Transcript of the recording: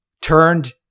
turned